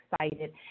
excited